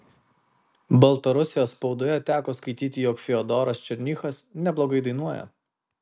baltarusijos spaudoje teko skaityti jog fiodoras černychas neblogai dainuoja